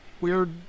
weird